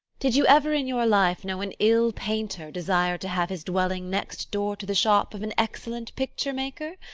did you ever in your life know an ill painter desire to have his dwelling next door to the shop of an excellent picture-maker?